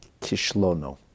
Kishlono